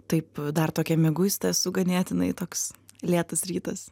taip dar tokia mieguista esu ganėtinai toks lėtas rytas